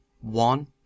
One